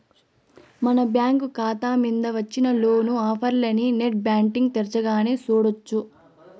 మన బ్యాంకు కాతా మింద వచ్చిన లోను ఆఫర్లనీ నెట్ బ్యాంటింగ్ తెరచగానే సూడొచ్చు